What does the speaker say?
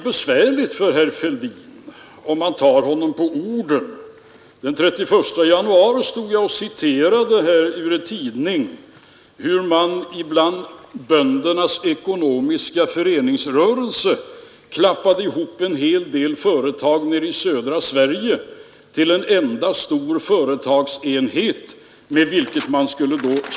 Detta skall då uppfattas på det sättet, att det kommer att bli lindrigare skatter. Men lindrigare skatter innebär också mindre inkomster i statskassan och mindre inkomster till kommunerna.